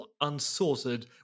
unsorted